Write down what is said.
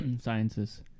Sciences